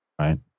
right